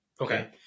Okay